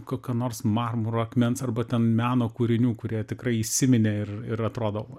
kokio nors marmuro akmens arba ten meno kūrinių kurie tikrai įsiminė ir ir atrodo